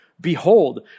Behold